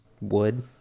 Wood